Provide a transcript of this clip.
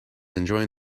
enjoying